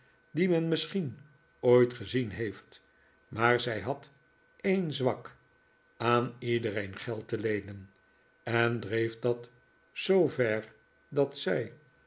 die men misschien ooit gezien heeft maar zij had een zwak aan iedereen geld te leenen en dreef dat zoover dat zij